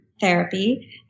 therapy